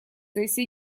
сессии